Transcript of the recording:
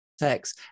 sex